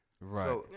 Right